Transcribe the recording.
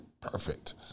perfect